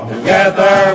Together